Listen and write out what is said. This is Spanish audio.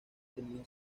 tenido